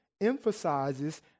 emphasizes